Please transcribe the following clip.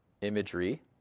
imagery